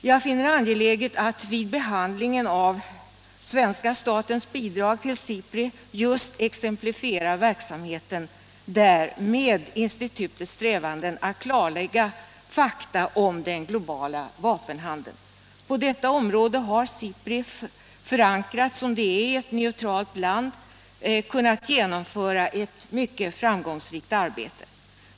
Jag finner det angeläget att vid behandlingen av svenska statens bidrag till SIPRI just exemplifiera verksamheten med institutets strävanden att klarlägga fakta om den globala vapenhandeln. På detta område har SIPRI, förankrat som det är i ett neutralt land, kunnat genomföra ett mycket framgångsrikt arbete.